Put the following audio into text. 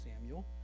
Samuel